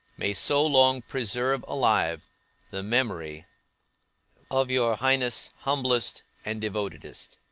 may so long preserve alive the memory of your highness humblest and devotedest,